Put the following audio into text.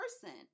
person